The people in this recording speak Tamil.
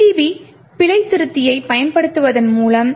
GDB பிழைத்திருத்தியைப் பயன்படுத்துவதன் மூலம்